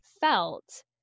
felt